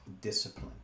discipline